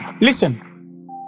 Listen